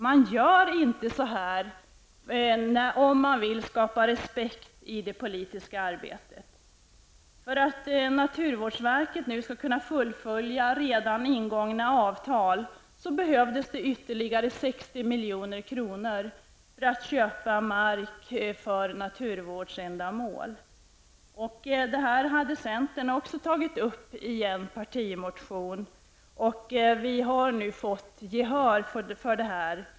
Man gör inte så här om man vill skapa respekt i det politiska arbetet. För att naturvårdsverket skall kunna fullfölja redan ingångna avtal behövs ytterligare 60 miljoner för att köpa mark för naturvårdsändamål. Centern har i en partimotion tagit upp detta, och vi har nu fått gehör för det.